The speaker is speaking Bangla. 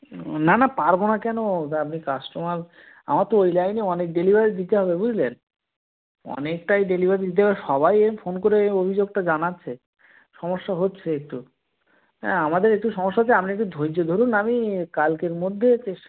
না না পারবো না কেন আপনি কাস্টমার আমার তো ওই লাইনেই অনেক ডেলিভারি দিতে হবে বুঝলেন অনেকটাই ডেলিভারি দেওয়ার সবাই ওই ফোন করে এই অভিযোগটা জানাচ্ছে সমস্যা হচ্ছে একটু হ্যাঁ আমাদের একটু সমস্যা হচ্ছে আপনি একটু ধৈর্য্য ধরুন আমি কালকের মধ্যে চেষ্টা